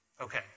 Okay